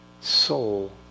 soul